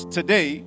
today